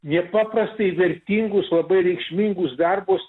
nepaprastai vertingus labai reikšmingus darbus